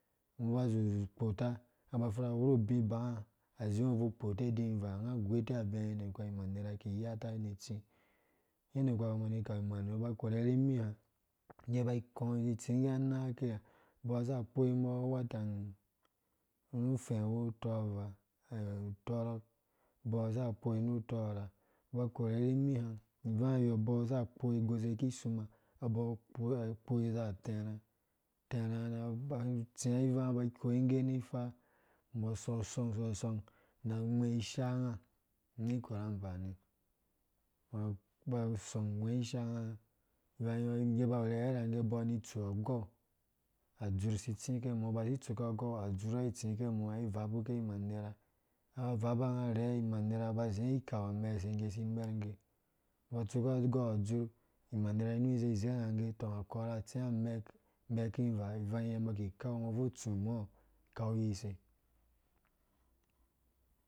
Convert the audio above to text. Ungɔ uba uzí ukpota unga ba apfura uwuru ubii abanga aze ungo ubuki ukpotuwe idivaa unga agwetuwe abiá yede kuwa imanner iki iyata ni itsí yede kuwa ko umbɔ kani ikau imanner ungɔ uba ukore nimi há ngge iba ikɔ izi itsingge na anang aki h, umbɔ nu waton nu ufɛwu utɔɔvaa, utɔrɔk abɔɔ sa akpoi nu utɔɔrha, ungo ube ukore rimihá ivanguma abɔɔ saka akpoi agose kisuma, abɔɔ akpoi aza atɛrá tɛra itsi ri iwanga, unga ba akoingeni ifa, umbɔ asɔng sɔsɔng na awe ishaango ni ikor a afani, uba usɔng uwea ishaanya, ngge iba iwu irhɛrhɛ rhangge, umbɔ ani itsu agou, adzurh si itsiké mɔ ungo uba usi itsukɔ agou, adzurh ai itsike mɔ, ai ivabuke iman nera unga aba avaba unga arhe, imanera ungo aba izi ikau imanerea amɛsei isi imergge ango ba utsukɔ agou adzurh imanera inu izezerangge tɔng akɔra atsí amɛkivaa, ivangyɛ umbɔ akau iyise